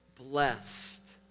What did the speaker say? Blessed